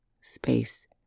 space